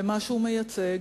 למה שהוא מייצג.